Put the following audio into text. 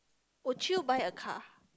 would you buy a car